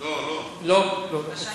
נכון,